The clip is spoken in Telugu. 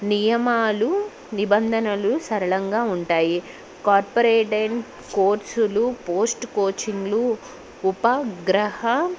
నియమాలు నిబంధనలు సరళంగా ఉంటాయి కార్పొరేట్ కోర్సులు పోస్ట్ కోచింగ్లు ఉపగ్రహ